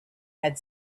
had